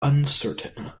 uncertain